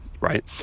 right